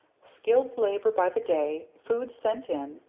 skilled labor by the day food sent in.